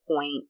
point